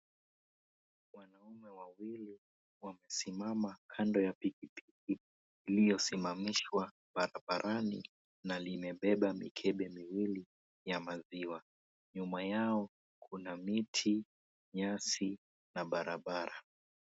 Wanaume wawili wamesimama kando ya pikipiki iliosimamishwa barabarani na limebeba mikebe miwili ya maziwa. Nyuma yao kuna miti, nyasi na barabara.